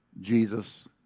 Jesus